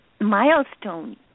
milestone